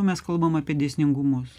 mes kalbam apie dėsningumus